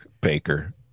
Baker